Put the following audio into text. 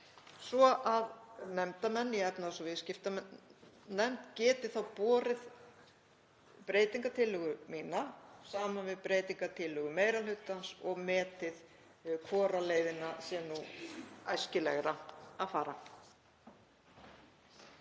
svo að nefndarmenn í efnahags- og viðskiptanefnd geti þá borið breytingartillögu mína saman við breytingartillögu meiri hlutans og metið hvora leiðina sé æskilegra að fara.